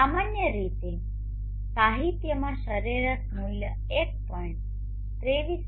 સામાન્ય રીતે સાહિત્યમાં સરેરાશ મૂલ્ય 1